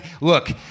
Look